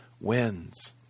wins